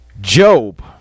Job